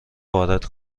وارد